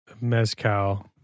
mezcal